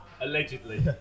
allegedly